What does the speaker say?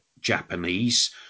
Japanese